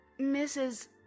Mrs